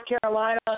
Carolina